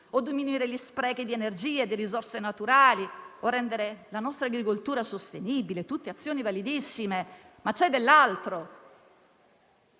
diminuire gli sprechi di energia e risorse naturali, rendere la nostra agricoltura sostenibile. Sono tutte azioni validissime, ma c'è dell'altro.